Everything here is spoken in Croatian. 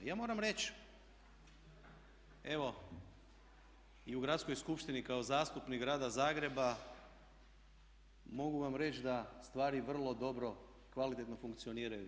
Ja moram reći, evo i u Gradskoj skupštini kao zastupnik grada Zagreba mogu vam reći da stvari vrlo dobro i kvalitetno funkcioniraju.